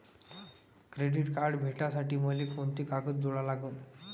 Credit card भेटासाठी मले कोंते कागद जोडा लागन?